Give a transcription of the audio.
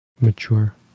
mature